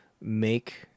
make